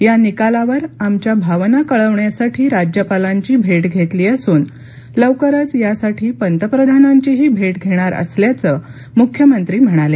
या निकालावर आमच्या भावना कळविण्यासाठी राज्यपालांची भेट घेतली असून लवकरच यासाठी पंतप्रधानांचीही भेट घेणार असल्याचं मुख्यमंत्री म्हणाले